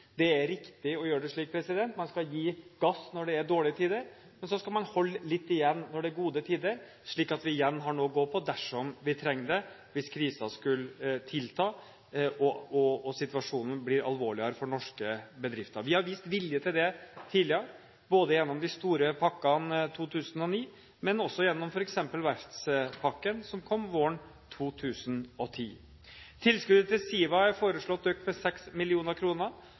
Det er riktig å gjøre det slik. Man skal gi gass når det er dårlige tider, men så skal man holde litt igjen når det er gode tider, slik at vi igjen har noe å gå på dersom vi trenger det, hvis krisen skulle tilta og situasjonen bli alvorligere for norske bedrifter. Vi har vist vilje til det tidligere, både gjennom de store pakkene, som i 2009, men også gjennom f.eks. verftspakken som kom våren 2010. Tilskuddet til SIVA er foreslått økt med